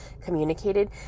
communicated